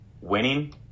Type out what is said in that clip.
winning